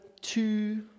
two